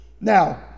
Now